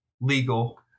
legal